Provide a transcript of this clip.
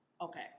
Okay